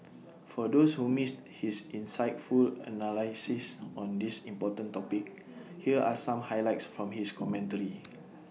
for those who missed his insightful analysis on this important topic here are some highlights from his commentary